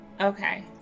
Okay